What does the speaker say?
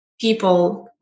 people